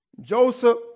Joseph